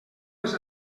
les